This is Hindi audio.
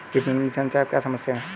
विपणन मिश्रण से आप क्या समझते हैं?